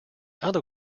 other